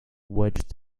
wedge